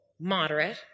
moderate